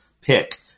pick